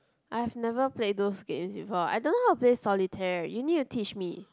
I have never play those game before I don't know how to play solitaire you need to teach me